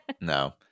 No